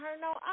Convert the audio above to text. no